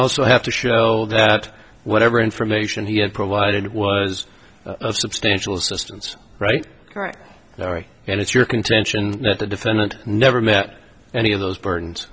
also have to show that whatever information he had provided was substantial assistance right right and it's your contention that the defendant never met any of those bur